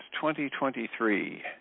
2023